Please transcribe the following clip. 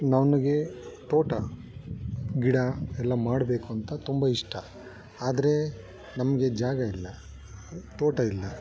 ನನಗೆ ತೋಟ ಗಿಡ ಎಲ್ಲ ಮಾಡಬೇಕು ಅಂತ ತುಂಬ ಇಷ್ಟ ಆದರೆ ನಮಗೆ ಜಾಗ ಇಲ್ಲ ತೋಟ ಇಲ್ಲ